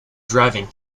driving